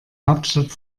hauptstadt